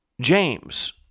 James